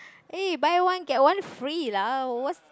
eh buy one get one free lah what